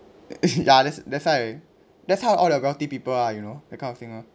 ya that's that's why that's how all the wealthy people are you know that kind of thing orh